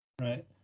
Right